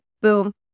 Boom